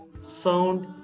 sound